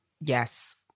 Yes